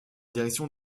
direction